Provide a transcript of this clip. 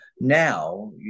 now